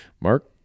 Mark